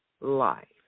life